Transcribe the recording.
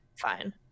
fine